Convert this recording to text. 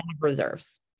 reserves